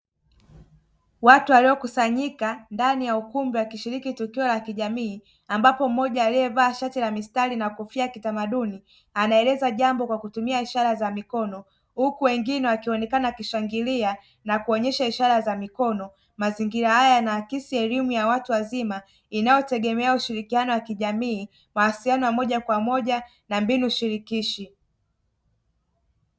Watu waliokusanyika ndani ya ukumbi wakishiriki tukio la kijamii, ambapo mmoja aliyevaa shati la mistari na kofia ya kitamaduni anaeleza jambo kwa kutumia ishara za mikono, huku wengine wakionekana wakishangilia na kuonyesha ishara za mikono; mazingira haya yanakisia elimu ya watu wazima inayotegemea ushirikiano wa kijamii, mawasiliano moja kwa moja na mbinu shirikishi.